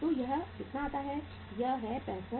तो यह कितना आता है यह है 65